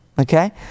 okay